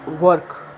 work